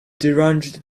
deranged